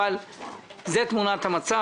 אבל זה תמונת המצב,